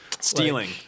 Stealing